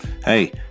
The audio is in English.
Hey